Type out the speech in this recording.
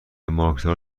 مارکدار